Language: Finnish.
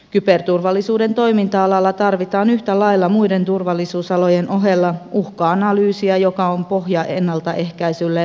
kyberturvallisuuden toiminta alalla tarvitaan yhtä lailla muiden turvallisuusalojen ohella uhka analyysiä joka on pohja ennaltaehkäisylle varautumiselle ja puolustukselle